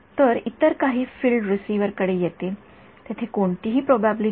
तर इतर काही फील्ड रिसीव्हर कडे येतील येथे कोणतीही प्रोबॅबिलिटी नाही